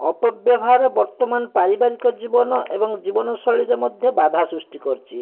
ଅପବ୍ୟବହାର ବର୍ତ୍ତମାନ ପାରିବାରିକ ଜୀବନ ଏବଂ ଜୀବନଶୈଳୀରେ ମଧ୍ୟ ବାଧାସୃଷ୍ଟି କରିଛି